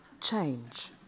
change